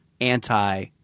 anti